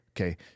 Okay